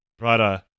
Right